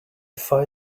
find